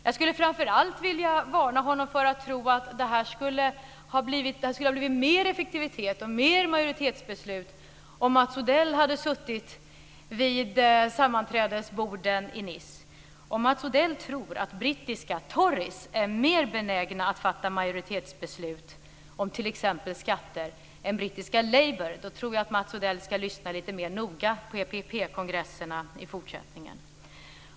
Jag skulle framför allt vilja varna honom för att tro att det skulle ha blivit mer effektivitet och mer majoritetsbeslut om Mats Odell hade suttit vid sammanträdesborden i Nice. Om Mats Odell tror att brittiska Tories är mer benäget att fatta majoritetsbeslut om t.ex. skatter än brittiska Labour tror jag att Mats Odell ska lyssna lite mer noga på EPP-kongresserna i fortsättningen.